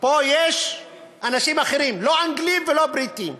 פה יש אנשים אחרים, לא אנגלים ולא בריטים.